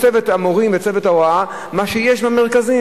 אם יש שם צוות המורים ואת צוות ההוראה שיש במרכז.